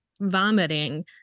vomiting